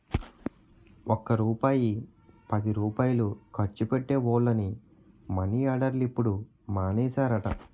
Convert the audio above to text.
ఒక్క రూపాయి పదిరూపాయలు ఖర్చు పెట్టే వోళ్లని మని ఆర్డర్లు ఇప్పుడు మానేసారట